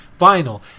vinyl